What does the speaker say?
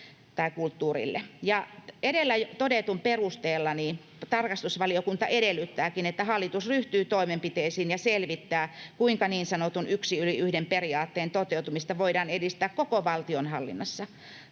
Edellä todetun perusteella tarkastusvaliokunta edellyttääkin, että hallitus ryhtyy toimenpiteisiin ja selvittää, kuinka niin sanotun yksi yli yhden -periaatteen toteutumista voidaan edistää koko valtionhallinnossa.